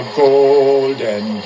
golden